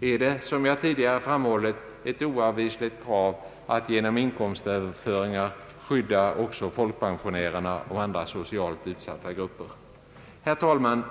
är det, som jag tidigare framhållit, ett oavvisligt krav att man genom inkomstöverföringar skyddar också folkpensionärerna och andra socialt utsatta grupper. Herr talman!